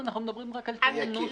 אנחנו מדברים רק על תיאום נוסח.